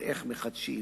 ואיך מחדשים,